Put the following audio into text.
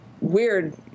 weird